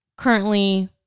Currently